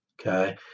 Okay